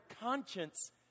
conscience